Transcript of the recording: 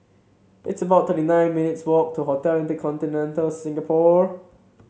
it's about thirty nine minutes' walk to Hotel InterContinental Singapore